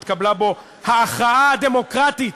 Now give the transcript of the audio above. כשהתקבלה פה ההכרעה הדמוקרטית